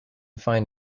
find